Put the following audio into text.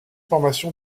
formation